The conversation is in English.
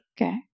Okay